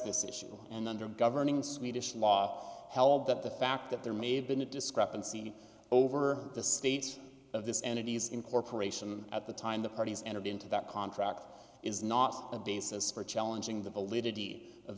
this issue and under governing swedish law held that the fact that there may have been a discrepancy over the state of this and it is incorporation at the time the parties entered into that is not a basis for challenging the validity of